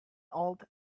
old